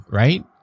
right